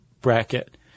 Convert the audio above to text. bracket